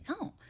no